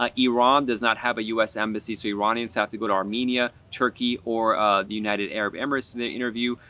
ah iran does not have a us embassy, so iranians have to go to armenia, turkey or the united arab emirates for and the interview.